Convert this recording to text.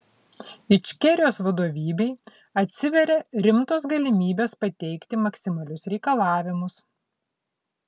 ičkerijos vadovybei atsiveria rimtos galimybės pateikti maksimalius reikalavimus